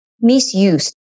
misused